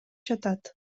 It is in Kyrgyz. жатат